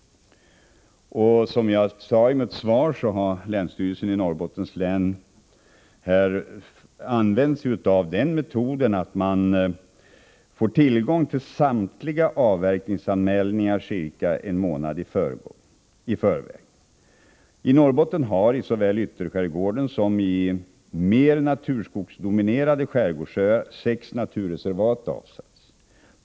Som jag sade i mitt svar har länsstyrelsen i Norrbottens län använt sig av den metoden att man får tillgång till samtliga avverkningsanmälningar ca en månad i förväg. I Norrbotten har — såväl i ytterskärgården som på mer naturskogsdominerade skärgårdsöar — sex naturreservat avsatts.